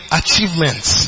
achievements